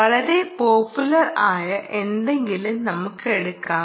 വളരെ പോപ്പുലർ ആയ എന്തെങ്കിലും നമുക്ക് എടുക്കാം